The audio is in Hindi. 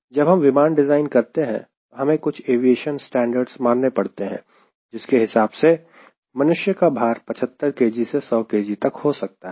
जब हम विमान डिज़ाइन करते हैं तो हमें कुछ एविएशन स्टैंडर्ड्स मानने पड़ते हैं जिसके हिसाब से मनुष्य का भार 75 kg से 100 kg तक हो सकता है